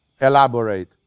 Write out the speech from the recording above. elaborate